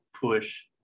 push